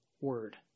word